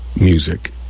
music